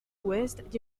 west